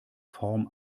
form